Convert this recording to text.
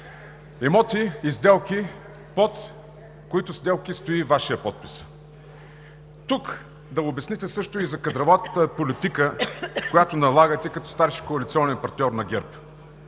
Имоти – сделки, под които стои Вашият подпис. Тук да обясните и за кадровата политика, която налагате като старши коалиционен партньор на ГЕРБ;